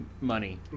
Money